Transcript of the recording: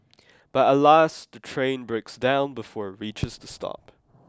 but alas the train breaks down before it reaches the stop